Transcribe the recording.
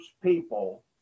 people